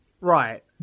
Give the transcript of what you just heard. right